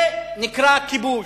זה נקרא כיבוש.